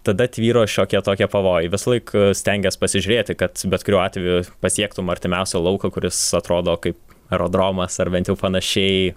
tada tvyro šiokie tokie pavojai visąlaik stengies pasižiūrėti kad bet kuriuo atveju pasiektum artimiausią lauką kuris atrodo kaip aerodromas ar bent jau panašiai